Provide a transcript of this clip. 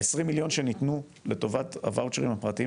ה- 20 מיליון שניתנו לטובת הוואוצ'רים הפרטיים,